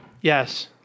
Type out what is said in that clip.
Yes